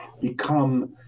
become